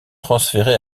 transféré